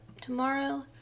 tomorrow